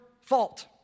fault